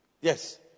Yes